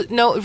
no